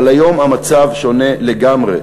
אבל היום המצב שונה לגמרי.